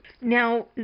Now